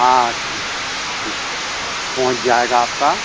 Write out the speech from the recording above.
हाँ ठीक ठीक पहुंच जाएगा आपका